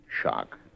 Shock